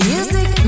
Music